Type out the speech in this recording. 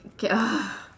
k ah